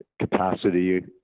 capacity